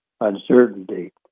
uncertainty